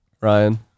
Ryan